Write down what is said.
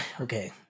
Okay